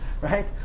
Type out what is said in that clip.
Right